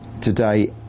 today